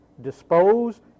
dispose